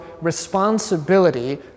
responsibility